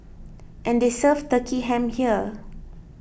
and they serve Turkey Ham here